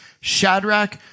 Shadrach